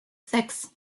sechs